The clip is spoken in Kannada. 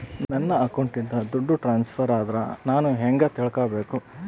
ನನ್ನ ಅಕೌಂಟಿಂದ ದುಡ್ಡು ಟ್ರಾನ್ಸ್ಫರ್ ಆದ್ರ ನಾನು ಹೆಂಗ ತಿಳಕಬೇಕು?